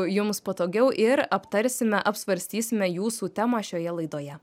jums patogiau ir aptarsime apsvarstysime jūsų temą šioje laidoje